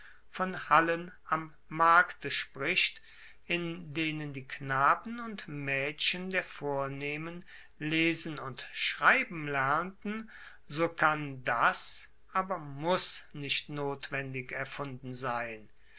von hallen am markte spricht in denen die knaben und maedchen der vornehmen lesen und schreiben lernten so kann das aber muss nicht notwendig erfunden sein